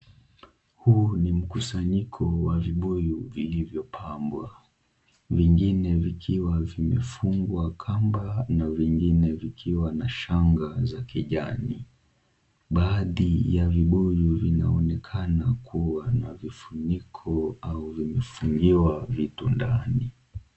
Huu ni mkusanyiko wa vibuyu vilivyopambwa, vingine vikiwa vimefungwa kamba na vingine vikiwa na shanga za kijani, baadhi ya vibuyu vinaonekana kuwa na vifuniko au vimefungiwa vitu ndani.